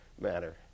matter